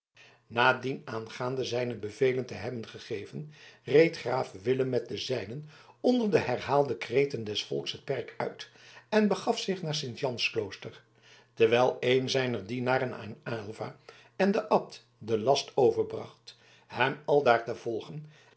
na dienaangaande zijne bevelen te hebben gegeven reed graaf willem met de zijnen onder de herhaalde kreten des volks het perk uit en begaf zich naar het sint jans klooster terwijl een zijner dienaren aan aylva en den abt den last overbracht hem aldaar te volgen